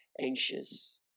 anxious